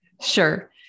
Sure